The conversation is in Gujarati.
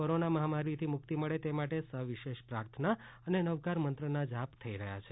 કોરોના મહામારીથી મુક્તિ મળે તે માટે સવિશેષ પ્રાર્થના અને નવકાર મંત્રના જાપ થઈ રહ્યા છે